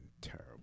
terrible